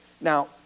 Now